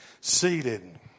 seated